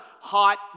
hot